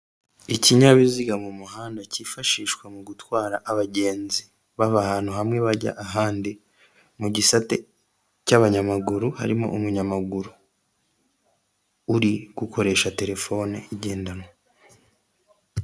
Ikinyabiziga mu muhanda cyifashishwa mu gutwara abagenzi bava ahantu hamwe bajya ahandi. Mu gisate cy'abanyamaguru, harimo umunyamaguru uri gukoresha telefone igendanwa.